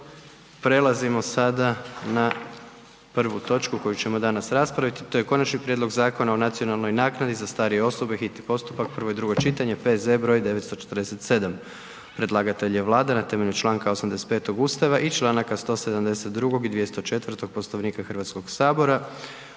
prelazimo sada na prvu točku koju ćemo danas raspraviti to je: - Konačni prijedlog Zakona o nacionalnoj naknadi za starije osobe, hitni postupak, prvo i drugo čitanje, P.Z. broj 947 Predlagatelj je Vlada na temelju članka 85. Ustava i Članaka 172. i 204. Poslovnika Hrvatskog sabora.